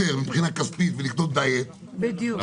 מבחינה כספית ולקנות משקה דיאט פחות חשופים לנזקים.